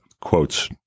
quotes